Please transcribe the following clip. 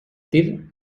tir